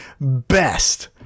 best